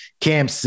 Cam